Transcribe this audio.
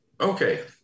Okay